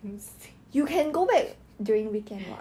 homesick